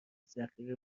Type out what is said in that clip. ذخیره